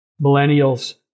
millennials